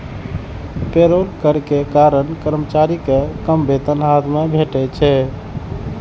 payroll कर के कारण कर्मचारी कें कम वेतन हाथ मे भेटै छै